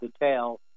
detail